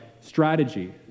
strategy